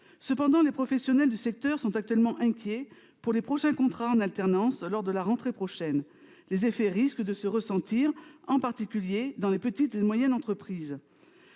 Cependant, les professionnels du secteur sont actuellement inquiets pour les contrats en alternance lors de la rentrée prochaine. Les effets risquent de se faire sentir, en particulier dans les petites et moyennes entreprises.